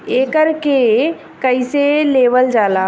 एकरके कईसे लेवल जाला?